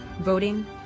voting